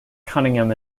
cunningham